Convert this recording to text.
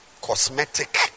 cosmetic